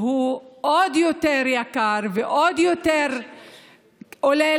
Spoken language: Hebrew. שהוא עוד יותר יקר ועולה עוד יותר לאנשים.